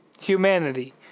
Humanity